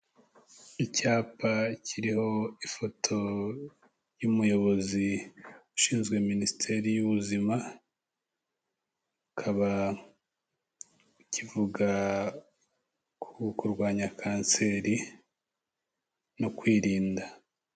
Icyapa kiriho ifoto y'umuyobozi ushinzwe Minisiteri y'Ubuzima, kikaba kivuga ko kurwanya Kanseri no kwirinda.